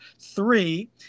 three